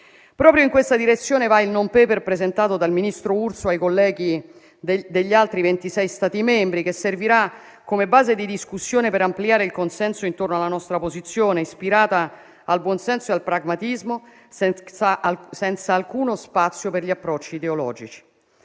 Proprio in questa direzione va il *non paper* presentato dal ministro Urso ai colleghi degli altri 26 Stati membri, che servirà come base di discussione per ampliare il consenso intorno alla nostra posizione, ispirata al buonsenso e al pragmatismo, senza alcuno spazio per gli approcci ideologici.